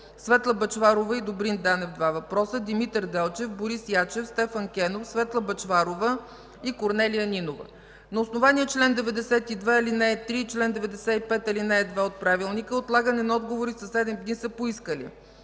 Светла Бъчварова и Добрин Данев – два въпроса, Димитър Делчев, Борис Ячев, Стефан Кенов, Светла Бъчварова и Корнелия Нинова. На основание чл. 92, ал. 3 и чл. 95, ал. 2 от ПОДНС, отлагане на отговори със седем дни са поискали: